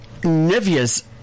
Nivea's